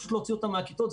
פשוט להוציא אותם מהכיתות,